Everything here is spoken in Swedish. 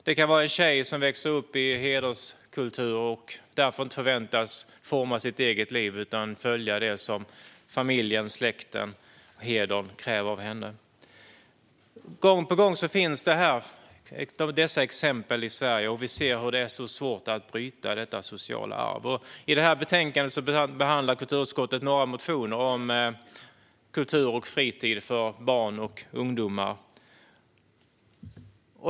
Det kan visa sig i en tjej som växer upp i hederskultur och därför inte förväntas forma sitt eget liv utan följa det som familjen, släkten och hedern kräver av henne. Gång på gång ser vi dessa exempel i Sverige, och vi ser hur svårt det är att bryta detta sociala arv. I betänkandet behandlar kulturutskottet några motioner om kultur och fritid för barn och ungdomar.